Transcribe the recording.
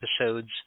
episodes